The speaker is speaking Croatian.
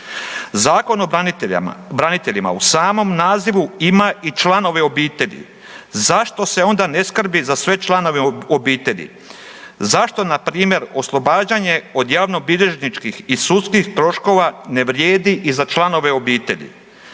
Zakon o braniteljima u samom nazivu ima i članove obitelji. Zašto se onda ne skrbi za sve članove obitelji? Zašto na primjer oslobađanje od javnobilježničkih i sudskih troškova ne vrijedi i za članove obitelji?